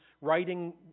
writing